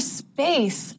space